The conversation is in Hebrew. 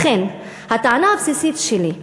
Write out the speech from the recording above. לכן, הטענה הבסיסית שלי,